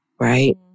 right